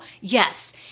Yes